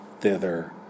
thither